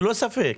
ללא ספק.